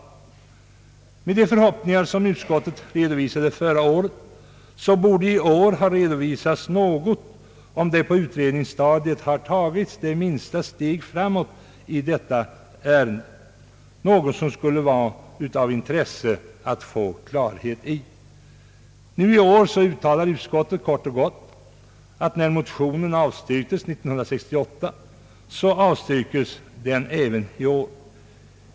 Med tanke på de förhoppningar som utskottet hade förra året borde det i år ha redovisats något om det på utredningsstadiet har tagits det minsta steg framåt i detta ärende. Det skulle vara av intresse att få klarhet i detta. I år uttalar utskottet kort och gott att eftersom motionen avstyrktes 1968 så avstyrkes den även i år.